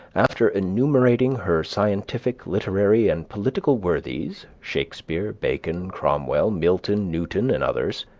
after enumerating her scientific, literary, and political worthies, shakespeare, bacon, cromwell, milton, newton, and others,